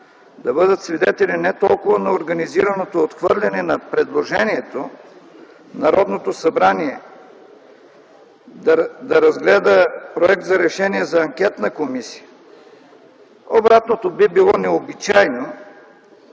да бъдат свидетели не толкова на организираното отхвърляне на предложението Народното събрание да разгледа проект за решение за анкетна комисия – обратното би било необичайно,